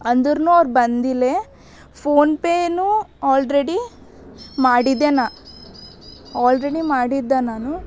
ಅಂದುರ್ನೂ ಅವ್ರು ಬಂದಿಲ್ಲೇ ಫೋನ್ ಪೇನೂ ಆಲ್ರೆಡಿ ಮಾಡಿದ್ದೆ ನಾ ಆಲ್ರೆಡಿ ಮಾಡಿದ್ದೆ ನಾನು